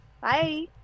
Bye